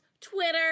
Twitter